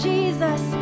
Jesus